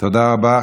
תודה רבה.